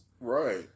Right